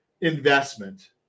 investment